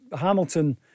Hamilton